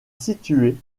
située